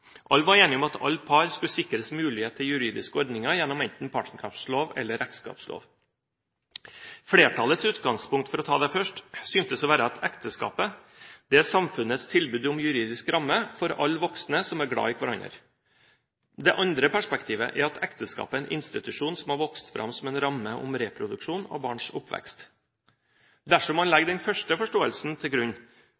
var enige om at alle par skulle sikres mulighet til juridiske ordninger gjennom enten partnerskapslov eller ekteskapslov. Flertallets utgangspunkt – for å ta det først – syntes å være at ekteskapet er samfunnets tilbud om juridisk ramme for alle voksne som er glad i hverandre. Det andre perspektivet er at ekteskapet er en institusjon som har vokst fram som en ramme om reproduksjon og barns oppvekst. Dersom man